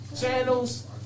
channels